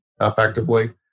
effectively